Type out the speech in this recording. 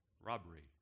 robbery